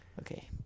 Okay